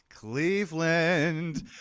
Cleveland